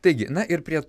taigi na ir prie